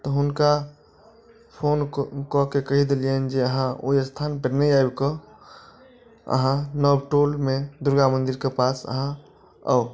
तऽ हुनका फोन कऽ के कही देलियनि जे अहाँ ओहि स्थान पर नहि आबि कऽ अहाँ नव टोल मे दुर्गामन्दिर के पास अहाँ आउ